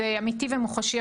זה אמיתי ומוחשי.